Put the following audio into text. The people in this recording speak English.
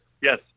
Yes